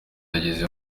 yageze